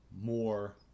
more